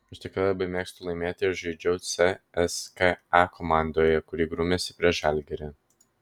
aš tikrai labai mėgstu laimėti ir žaidžiau cska komandoje kuri grūmėsi prieš žalgirį